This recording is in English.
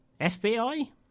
FBI